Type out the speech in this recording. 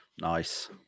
Nice